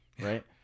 Right